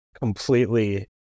completely